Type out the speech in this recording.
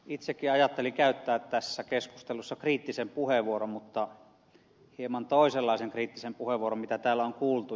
itsekin ajattelin käyttää tässä keskustelussa kriittisen puheenvuoron mutta hieman toisenlaisen kriittisen puheenvuoron mitä täällä on kuultu